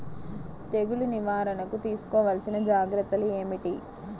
తెగులు నివారణకు తీసుకోవలసిన జాగ్రత్తలు ఏమిటీ?